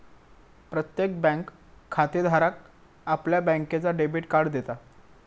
प्रत्येक बँक खातेधाराक आपल्या बँकेचा डेबिट कार्ड देता